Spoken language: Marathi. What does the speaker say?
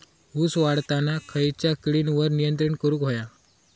ऊस वाढताना खयच्या किडींवर नियंत्रण करुक व्हया?